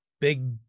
big